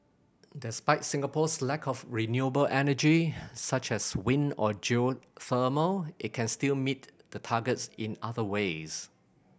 despite Singapore's lack of renewable energy such as wind or geothermal it can still meet the targets in other ways